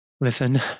listen